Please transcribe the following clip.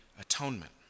atonement